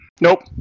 Nope